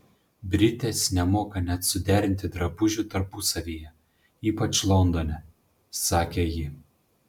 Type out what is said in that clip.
britės nemoka net suderinti drabužių tarpusavyje ypač londone sakė ji